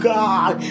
God